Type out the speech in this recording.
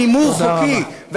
מהימור חוקי.